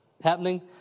happening